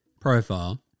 profile